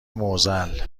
معضل